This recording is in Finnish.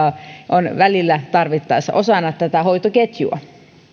on välillä tarvittaessa osana tätä hoitoketjua